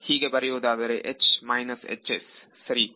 ಹೀಗೆ ಬರೆಯುವುದಾದರೆ ಸರಿ